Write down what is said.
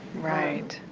right.